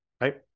right